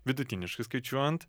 vidutiniškai skaičiuojant